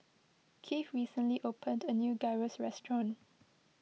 Keith recently opened a new Gyros Restaurant